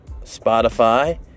Spotify